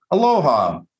Aloha